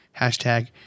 hashtag